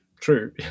true